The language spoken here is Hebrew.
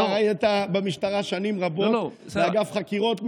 אתה היית במשטרה שנים רבות באגף חקירות.